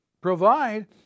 Provide